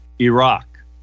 Iraq